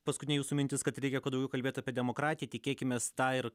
paskutinė jūsų mintis kad reikia kuo daugiau kalbėt apie demokratiją tikėkimės tą ir